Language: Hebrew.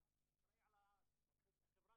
אתה אחראי על החברה